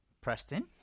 Preston